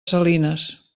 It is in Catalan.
salinas